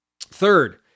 Third